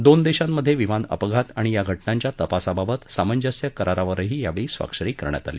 दोन देशांमधे विमान अपघात आणि या घटनांच्या तपासाबाबत सामंजस्य करारावरही यावेळी स्वाक्षरी करण्यात आली